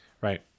right